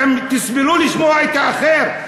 תסבלו לשמוע את האחר.